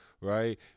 Right